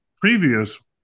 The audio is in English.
previous